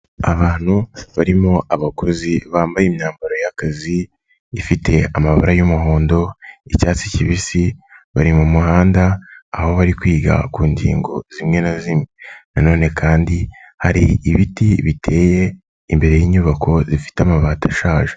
Abantu barimo abakozi bambaye imyambaro y'akazi ifite amabara y'umuhondo, icyatsi kibisi, bari mu muhanda aho bari kwiga ku ngingo zimwe na zimwe. Nanone kandi hari ibiti biteye imbere y'inyubako zifite amabati ashaje.